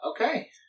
okay